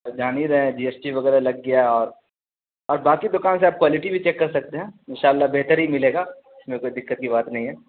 تو جان ہی رہے ہیں جی ایس ٹی وغیرہ لگ گیا اور اور باقی دکان سے آپ کوالٹی بھی چیک کر سکتے ہیں ان شاء اللہ بہتر ہی ملے گا اس میں کوئی دقت کی بات نہیں ہے